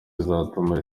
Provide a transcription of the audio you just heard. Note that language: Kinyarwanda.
izatuma